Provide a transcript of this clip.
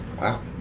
Wow